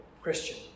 Christian